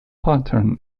pattern